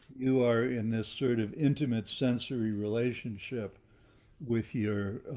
you are in this sort of intimate sensory relationship with your,